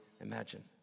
imagine